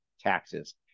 taxes